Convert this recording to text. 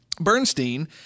Bernstein